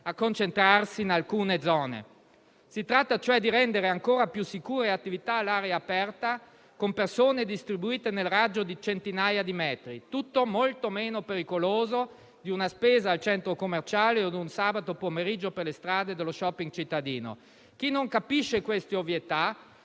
a concentrarsi in alcune zone. Si tratta, cioè, di rendere ancora più sicure attività all'aria aperta, con persone distribuite nel raggio di centinaia di metri, tutto molto meno pericoloso di una spesa al centro commerciale o di un sabato pomeriggio per le strade dello *shopping* cittadino. Chi non capisce queste ovvietà